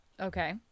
Okay